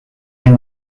and